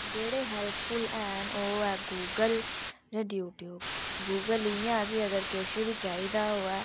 जेह्ड़े हैल्पफुल हैन ओह् ऐ गूगल जां यूट्यूब गूगल इंया कि अगर किश बी चाहिदा होऐ